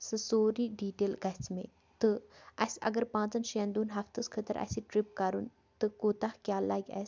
سُہ سورُے ڈِٹیل گژھہِ مےٚ تہٕ اسہِ اگر پانٛژَن شیٚن دوٚہَن ہَفتَس خٲطرٕ آسہِ یہِ ٹِرٛپ کَرُن تہٕ کوٗتاہ کیٛاہ لَگہِ اسہِ